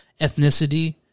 ethnicity